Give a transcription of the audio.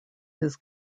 his